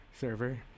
server